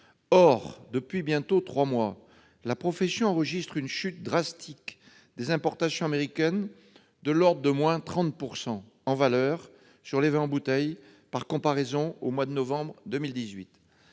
Or, depuis bientôt trois mois, la profession enregistre une chute drastique des importations américaines, de l'ordre de 30 % en valeur, sur les vins en bouteilles, par comparaison avec le mois de novembre 2018.